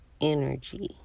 energy